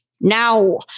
now